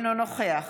אינו נוכח